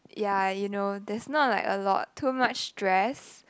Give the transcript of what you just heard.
yeah you know there's not like a lot too much stress